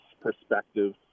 perspective